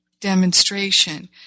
demonstration